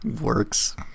works